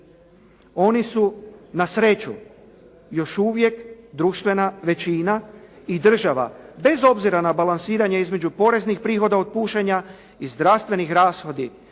Oni su na sreću još uvijek društvena većina i država bez obzira na balansiranje između poreznih prihoda od pušenja i zdravstvenih rashoda